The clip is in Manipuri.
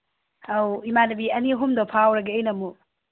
ꯑꯧ ꯏꯃꯥꯟꯅꯕꯤ ꯑꯅꯤ ꯑꯍꯨꯝꯗ ꯐꯥꯎꯔꯒꯦ ꯑꯩꯅ ꯑꯃꯨꯛ